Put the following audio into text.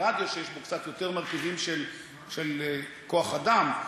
ברדיו שיש בו קצת יותר מרכיבים של כוח אדם,